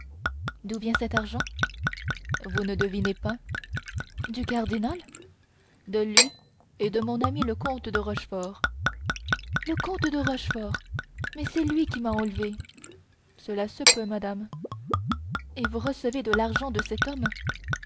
d'où vient cet argent vous ne devinez pas du cardinal de lui et de mon ami le comte de rochefort le comte de rochefort mais c'est lui qui m'a enlevée cela se peut madame et vous recevez de l'argent de cet homme